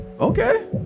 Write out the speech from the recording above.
Okay